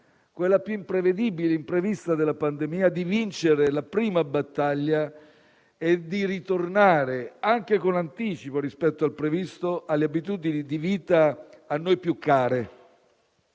quella più imprevedibile e imprevista della pandemia, di vincere la prima battaglia e di ritornare, anche in anticipo rispetto a quanto previsto, alle abitudini di vita a noi più care.